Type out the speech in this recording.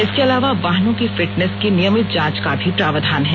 इसके अलावा वाहनों की फिटनेश की नियमित जांच का भी प्रावधान है